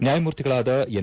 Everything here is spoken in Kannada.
ನ್ಕಾಯಮೂರ್ತಿಗಳಾದ ಎನ್